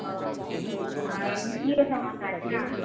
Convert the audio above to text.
ओ आ लिट्टीओ समोसा छै ने